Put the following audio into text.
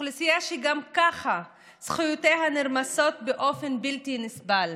אוכלוסייה שגם ככה זכויותיה נרמסות באופן בלתי נסבל.